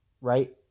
right